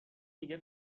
میگه